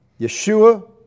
Yeshua